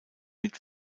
mit